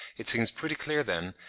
it seems pretty clear then,